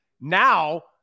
Now